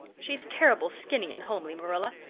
she's terrible skinny and homely, marilla.